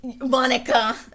Monica